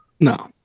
No